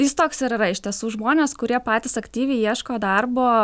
jis toks ir yra iš tiesų žmonės kurie patys aktyviai ieško darbo